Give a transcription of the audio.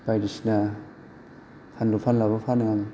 बायदिसिना फानलु फानलाबो फानो आं